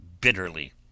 bitterly